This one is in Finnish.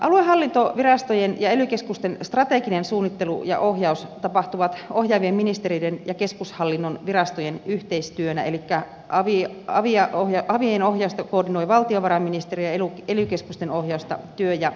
aluehallintovirastojen ja ely keskusten strateginen suunnittelu ja ohjaus tapahtuvat ohjaavien ministereiden ja keskushallinnon virastojen yhteistyönä elikkä avien ohjausta koordinoi valtiovarainministeriö ja ely keskusten ohjausta työ ja elinkeinoministeriö